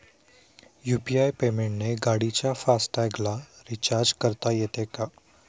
UPI पेमेंटने गाडीच्या fast टॅगला रिर्चाज करता येते का?